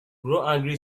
angry